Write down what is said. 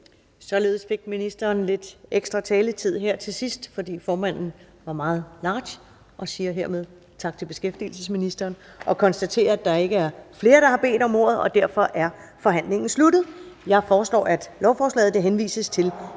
Ellemann): Ministeren fik lidt ekstra taletid her til sidst, fordi formanden var meget large. Jeg siger hermed tak til beskæftigelsesministeren og konstaterer, at der ikke er flere, der har bedt om ordet. Derfor er forhandlingen sluttet. Jeg foreslår, at lovforslaget henvises til